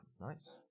nice